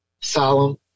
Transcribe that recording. Solemn